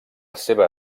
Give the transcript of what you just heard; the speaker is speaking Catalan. seva